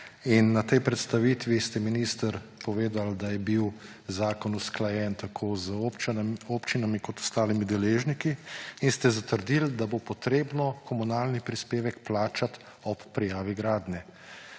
In na tej predstavitvi ste, minister, povedali, da je bil zakon usklajen tako z občinami kot ostalimi deležniki, in ste zatrdili, da bo treba komunalni prispevek plačati ob prijavi gradnje.